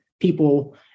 people